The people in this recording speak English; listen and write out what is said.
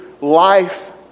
life